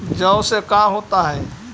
जौ से का होता है?